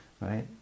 right